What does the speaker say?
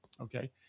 okay